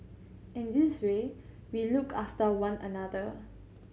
in this way we look after one another